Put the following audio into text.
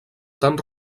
tan